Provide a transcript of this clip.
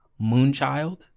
Moonchild